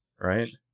right